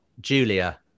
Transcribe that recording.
Julia